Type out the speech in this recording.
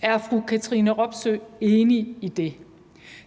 Er fru Katrine Robsøe enig i det?